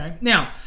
Now